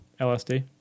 LSD